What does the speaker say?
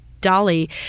Dolly